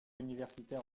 universitaire